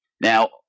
Now